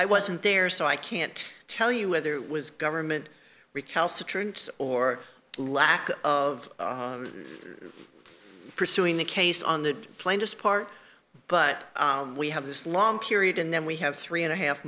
i wasn't there so i can't tell you whether it was government recalcitrance or lack of pursuing the case on the plane just part but we have this long period and then we have three and a half